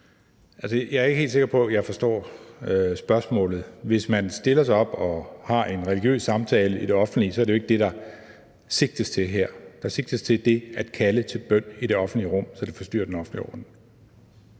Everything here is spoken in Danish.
Jeg er ikke helt sikker på, at jeg forstår spørgsmålet. Det, at man stiller sig op og har en religiøs samtale i det offentlige rum, er jo ikke det, der sigtes til her; der sigtes til det at kalde til bøn i det offentlige rum, så det forstyrrer den offentlige orden.